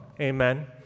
Amen